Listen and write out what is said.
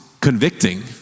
convicting